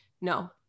No